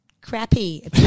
crappy